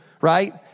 right